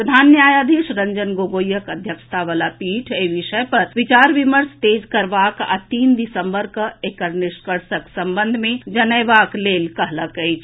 प्रधान न्यायाधीश रंजन गोगोईक अध्यक्षता वला पीठ एहि विषय पर विचार विमर्श तेज करबा आ तीन दिसम्बर कऽ एकर निष्कर्षक संबंध मे जनएबाक लेल कहलक अछि